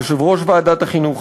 יושב-ראש ועדת החינוך,